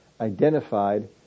identified